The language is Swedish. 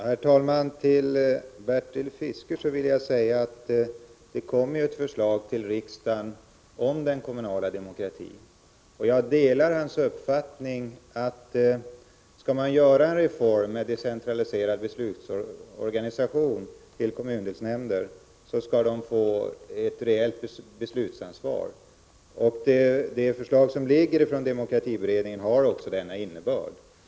Herr talman! Till Bertil Fiskesjö vill jag säga att det kommer ett förslag till riksdagen om den kommunala demokratin. Jag delar hans uppfattning att man, om man genomför en reform med decentraliserad beslutsorganisation i form av kommundelsnämnder, skall ge dessa nämnder ett reellt beslutsansvar. Demokratiberedningens förslag har också denna innebörd.